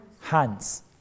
hands